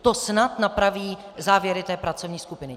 To snad napraví závěry pracovní skupiny.